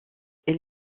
elle